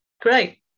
great